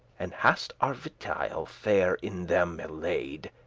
and hast our vitaille fair in them y-laid,